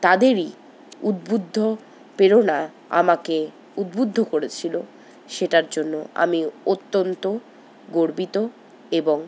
তাদেরই উদ্বুদ্ধ প্রেরণা আমাকে উদ্বুদ্ধ করেছিলো সেটার জন্য আমি অত্যন্ত গর্বিত এবং